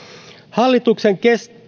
hallituksen